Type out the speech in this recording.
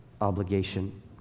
obligation